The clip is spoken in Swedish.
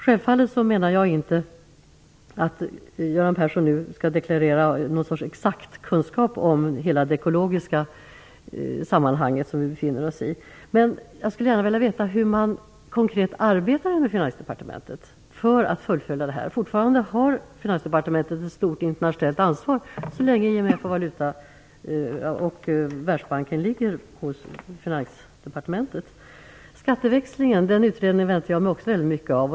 Självfallet menar jag inte att Göran Persson nu skall deklarera något slags exakt kunskap om hela det ekologiska sammanhang som vi befinner oss i, men jag skulle gärna vilja veta hur man i Finansdepartementet arbetar konkret för att fullfölja det här. Finansdepartementet har fortfarande ett stort internationellt ansvar, så länge frågorna som rör IMF och Världsbanken handläggs av Finansdepartementet. Utredningen om skatteväxlingen väntar jag mig också mycket av.